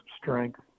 strength